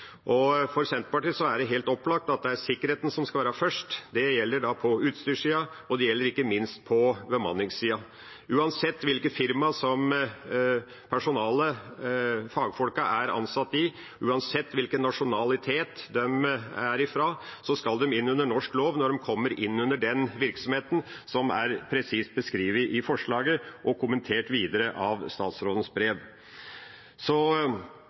For Senterpartiet er det helt opplagt at det er sikkerheten som skal komme først. Det gjelder på utstyrssida og ikke minst på bemanningssida. Uansett hvilke firmaer som personalet og fagfolka er ansatt i, uansett hvilken nasjonalitet de har, skal de inn under norsk lov når de kommer inn under den virksomheten som er presist beskrevet i forslaget og kommentert videre i statsrådens brev.